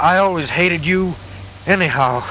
i always hated you anyhow